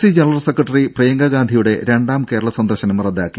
C general secretary പ്രിയങ്കാഗാന്ധിയുടെ രണ്ടാം കേരള സന്ദർശനം റദ്ദാക്കി